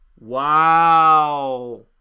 Wow